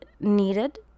needed